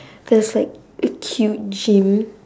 there's like a cute gym